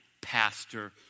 pastor